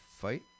fight